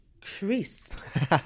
crisps